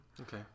Okay